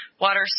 water